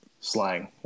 slang